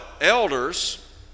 elders